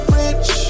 rich